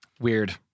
Weird